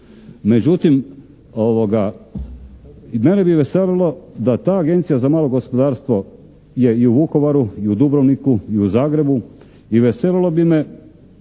međutim i mene bi veselilo da ta Agencija za malo gospodarstvo je i u Vukovaru, i u Dubrovniku i u Zagrebu i veselilo bi me